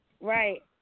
right